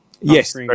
Yes